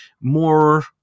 more